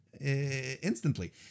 instantly